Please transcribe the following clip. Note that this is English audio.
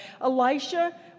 Elisha